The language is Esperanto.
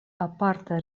aparta